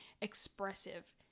expressive